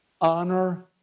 honor